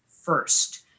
first